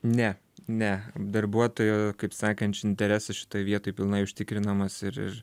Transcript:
ne ne darbuotojo kaip sakant interesas šitoj vietoj pilnai užtikrinamas ir ir